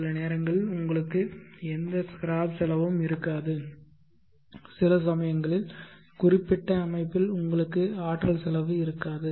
சில நேரங்களில் உங்களுக்கு எந்த ஸ்கிராப் செலவும் இருக்காது சில சமயங்களில் குறிப்பிட்ட அமைப்பில் உங்களுக்கு ஆற்றல் செலவு இருக்காது